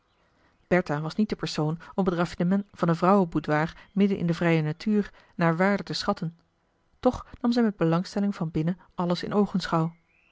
bertha was niet de persoon om het raffinement van een vrouwen boudoir midden in de vrije natuur naar waarde te schatten toch nam zij met belangstelling van binnen alles in